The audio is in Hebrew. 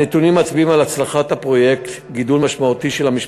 הנתונים מצביעים על הצלחת הפרויקט ועל גידול משמעותי במספר